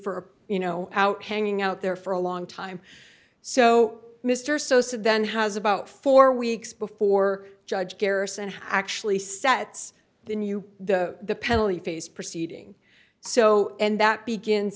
for you know out hanging out there for a long time so mr sosa then has about four weeks before judge harrison actually sets the new the penalty phase proceeding so and that begins